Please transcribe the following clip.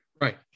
Right